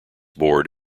board